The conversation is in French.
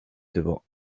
devant